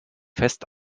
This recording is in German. fest